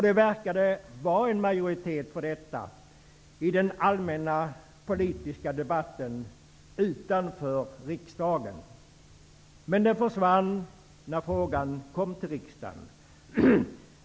Det verkade finnas en majoritet för detta i den allmänna politiska debatten utanför riksdagen. Men den försvann när frågan kom till riksdagen.